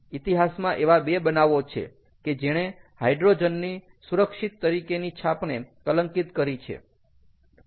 ઈતિહાસમાં એવા બે બનાવો છે કે જેણે હાઈડ્રોજનની સુરક્ષિત તરીકેની છાપને કલંકિત કરી છે